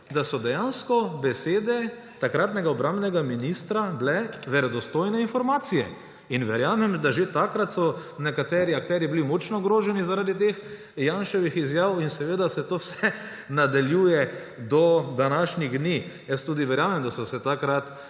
da so dejansko besede takratnega obrambnega ministra bile verodostojne informacije. Verjamem, da so bili že takrat nekateri akterji močno ogroženi zaradi teh Janševih izjav, in seveda se to vse nadaljuje do današnjih dni. Jaz tudi verjamem, da so se takrat